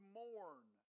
mourn